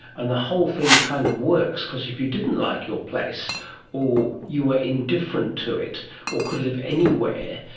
and the whole thing kind of works. because if you didn't like your place or you were indifferent to it or could live anywhere,